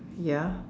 ya